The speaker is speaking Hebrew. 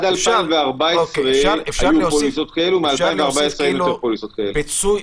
אפשר להוסיף שיפוי,